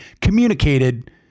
communicated